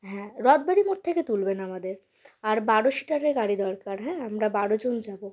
হ্যাঁ রথ বাড়ির মোড় থেকে তুলবেন আমাদের আর বারো সিটারের গাড়ি দরকার হ্যাঁ আমরা বারো জন যাবো